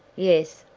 yes,